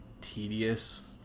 tedious